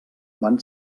van